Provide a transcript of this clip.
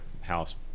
house